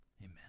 Amen